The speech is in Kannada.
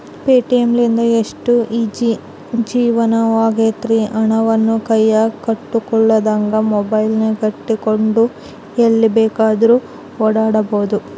ಪೆಟಿಎಂ ಲಿಂದ ಎಷ್ಟು ಈಜೀ ಜೀವನವಾಗೆತೆಂದ್ರ, ಹಣವನ್ನು ಕೈಯಗ ಇಟ್ಟುಕೊಳ್ಳದಂಗ ಮೊಬೈಲಿನಗೆಟ್ಟುಕೊಂಡು ಎಲ್ಲಿ ಬೇಕಾದ್ರೂ ಓಡಾಡಬೊದು